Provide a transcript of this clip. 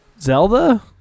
Zelda